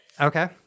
okay